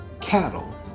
cattle